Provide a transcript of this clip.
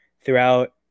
throughout